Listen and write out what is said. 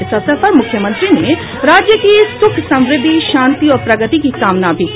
इस अवसर पर मुख्यमंत्री ने राज्य की सुख समृद्धि शांति और प्रगति की कामना भी की